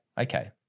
Okay